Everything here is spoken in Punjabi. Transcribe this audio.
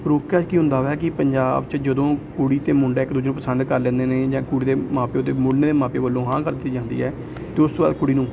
ਰੋਕਾ ਕੀ ਹੁੰਦਾ ਹੈ ਕਿ ਪੰਜਾਬ 'ਚ ਜਦੋਂ ਕੁੜੀ ਅਤੇ ਮੁੰਡਾ ਇੱਕ ਦੂਜੇ ਨੂੰ ਪਸੰਦ ਕਰ ਲੈਂਦੇ ਨੇ ਜਾਂ ਕੁੜੀ ਦੇ ਮਾਂ ਪਿਓ ਅਤੇ ਮੁੰਡੇ ਦੇ ਮਾਪਿਆਂ ਵੱਲੋਂ ਹਾਂ ਕਰ ਦਿੱਤੀ ਜਾਂਦੀ ਹੈ ਤਾਂ ਉਸ ਤੋਂ ਬਾਅਦ ਕੁੜੀ ਨੂੰ